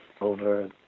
over